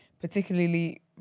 particularly